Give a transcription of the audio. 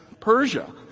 Persia